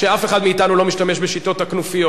שאף אחד מאתנו לא משתמש בשיטות הכנופיות.